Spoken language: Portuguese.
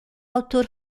autor